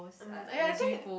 mm ya I think